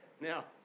Now